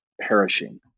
perishing